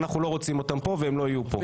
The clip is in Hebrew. אנחנו לא רוצים אותם פה והם לא יהיו פה.